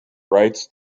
rights